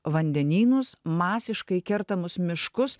vandenynus masiškai kertamus miškus